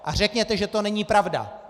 A řekněte, že to není pravda!